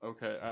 Okay